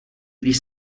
když